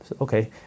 Okay